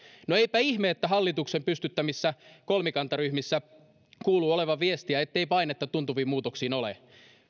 no eipä ihme että hallituksen pystyttämissä kolmikantaryhmissä kuuluu olevan viestiä ettei painetta tuntuviin muutoksiin ole